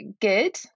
good